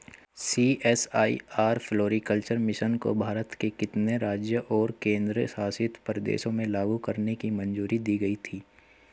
CSIR floriculture mission को भारत के कितने राज्यों और केंद्र शासित प्रदेशों में लागू करने की मंजूरी दी गई थी?